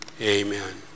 Amen